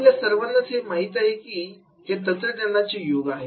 आपल्या सर्वांना हे माहितीच आहे की हे तंत्रज्ञानाचे युग आहे